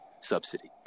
subsidy